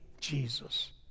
Jesus